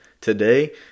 today